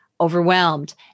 overwhelmed